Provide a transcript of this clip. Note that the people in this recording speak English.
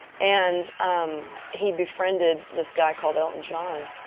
and um he befriended this guy called elton john,